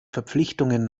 verpflichtungen